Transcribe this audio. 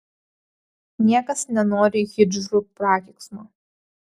niekas nenori hidžrų prakeiksmo